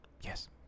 Yes